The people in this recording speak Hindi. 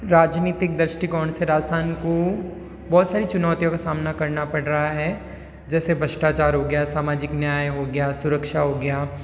राजनीतिक दृष्टिकोण से राजस्थान को बहुत सारी चुनौतियों का सामना करना पड़ रहा है जैसे भ्रष्टाचार हो गया सामाजिक न्याय हो गया सुरक्षा हो गया